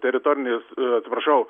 teritorinės atsiprašau